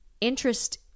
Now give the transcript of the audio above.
interest